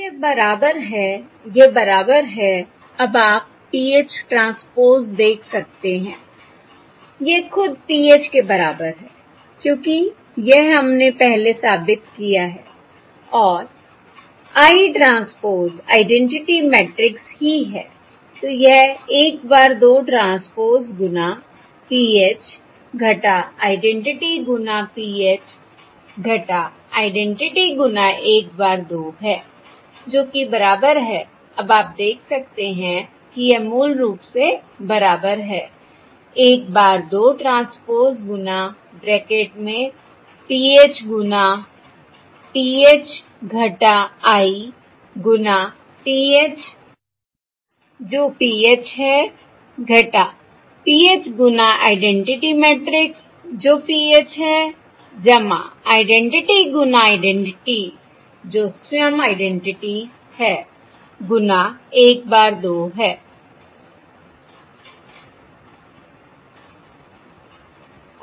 अब यह बराबर है यह बराबर है अब आप PH ट्रांसपोज़ देख सकते हैं यह खुद PH के बराबर है क्योंकि यह हमने पहले साबित किया है और I ट्रांसपोज़ आइडेंटिटी मैट्रिक्स ही है तो यह 1 bar 2 ट्रांसपोज़ गुना PH - आइडेंटिटी गुना PH - आइडेंटिटी गुना 1 bar 2 है जो कि बराबर है अब आप देख सकते हैं कि यह मूल रूप से बराबर है 1 bar 2 ट्रांसपोज़ गुना ब्रैकेट में PH गुणा PH I गुणा PH जो PH है PH गुणा आइडेंटिटी मैट्रिक्स जो PH है आइडेंटिटी गुणा आइडेंटिटी जो स्वयं आइडेंटिटी है गुना 1 bar 2 है